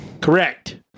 Correct